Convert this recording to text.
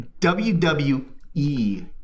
WWE